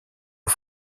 aux